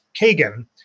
Kagan